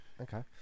Okay